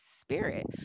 spirit